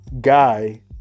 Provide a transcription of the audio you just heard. guy